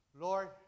Lord